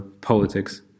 politics